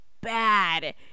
bad